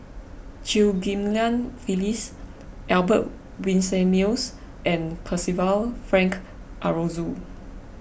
Chew Ghim Lian Phyllis Albert Winsemius and Percival Frank Aroozoo